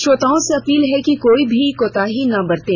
श्रोताओं से अपील है कि कोई भी कोताही न बरतें